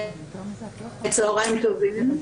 צוהריים טובים.